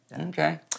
Okay